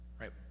right